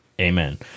Amen